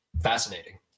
fascinating